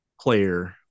player